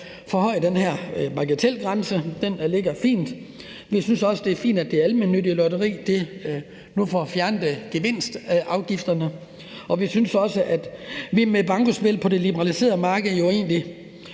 forhøjer den her bagatelgrænse. Den ligger fint. Vi synes også, at det er fint, at det almennyttige lotteri nu får fjernet gevinstafgifterne. Og vi synes også, at vi med bankospil på det liberaliserede marked egentlig